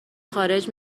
خارج